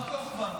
בר-כוכבא.